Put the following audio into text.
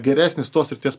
geresnis tos srities